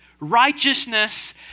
Righteousness